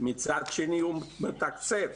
מצד שני הוא מתקצב,